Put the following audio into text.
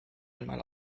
einmal